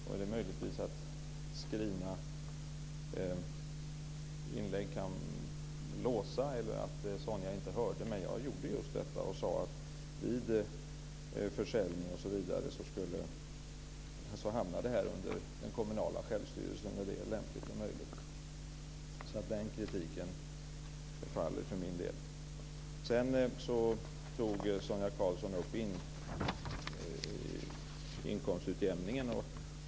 Det är möjligtvis så att det skrivna inlägget kan låsa en eller så hörde inte Sonia Karlsson, men jag sade just att vid försäljning osv. skulle det här hamna under den kommunala självstyrelsen när det är lämpligt och möjligt. Så den kritiken faller för min del. Sedan tog Sonia Karlsson upp inkomstutjämningen.